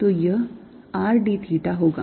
तो यह r d theta होगा